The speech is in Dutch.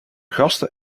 gasten